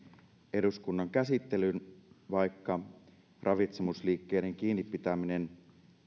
eduskunnan käsittelyyn vaikka ravitsemusliikkeiden kiinni pitäminen